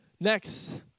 Next